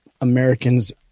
Americans